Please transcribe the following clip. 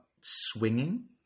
swinging